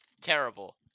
terrible